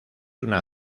una